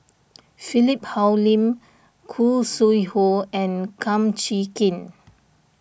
Philip Hoalim Khoo Sui Hoe and Kum Chee Kin